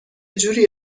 جوری